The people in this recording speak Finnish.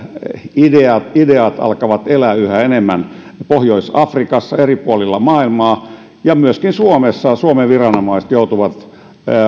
ideat ideat alkavat elää yhä enemmän pohjois afrikassa eri puolilla maailmaa ja myöskin suomessa suomen viranomaiset joutuvat